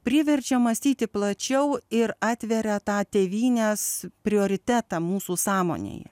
priverčia mąstyti plačiau ir atveria tą tėvynės prioritetą mūsų sąmonėje